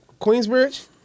Queensbridge